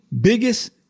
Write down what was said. biggest